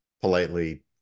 politely